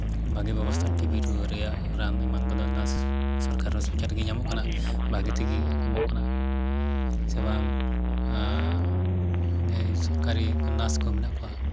ᱵᱷᱟᱹᱜᱤ ᱵᱮᱵᱚᱥᱛᱟ ᱴᱤᱵᱤ ᱨᱩᱣᱟᱹ ᱨᱮᱭᱟᱜ ᱫᱚ ᱨᱟᱱ ᱮᱢᱟᱱ ᱠᱚᱫᱚ ᱱᱟᱨᱥ ᱥᱚᱨᱠᱟᱨ ᱦᱚᱸᱥᱯᱤᱴᱟᱞ ᱨᱮᱜᱮ ᱧᱟᱢᱚᱜ ᱠᱟᱱᱟ ᱵᱷᱟᱹᱜᱤ ᱛᱮᱜᱮ ᱠᱚ ᱮᱢᱚᱜ ᱠᱟᱱᱟ ᱥᱮ ᱵᱟᱝ ᱡᱟᱦᱟᱸᱭ ᱥᱚᱨᱠᱟᱨᱤ ᱱᱟᱨᱥ ᱠᱚ ᱢᱮᱱᱟᱜ ᱠᱚᱣᱟ